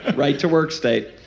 right-to-work state